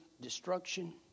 destruction